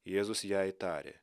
jėzus jai tarė